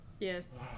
Yes